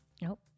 Nope